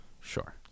Sure